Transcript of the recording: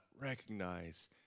recognize